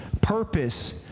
purpose